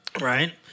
right